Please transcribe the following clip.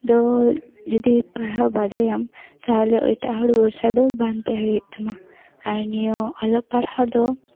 ᱫᱚ ᱡᱩᱫᱤ ᱯᱟᱲᱦᱟᱣ ᱵᱟᱰᱟᱭᱟᱢ ᱛᱟᱦᱞᱮ ᱮᱴᱟᱜ ᱦᱚᱲ ᱵᱷᱚᱨᱥᱟ ᱫᱚ ᱵᱟᱝ ᱛᱟᱦᱮᱸ ᱦᱩᱭᱩᱜ ᱛᱟᱢᱟ ᱟᱨ ᱱᱤᱭᱟᱹ ᱚᱞᱚᱜ ᱯᱟᱲᱟᱦᱟᱣ ᱫᱚ